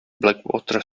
blackwater